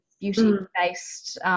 beauty-based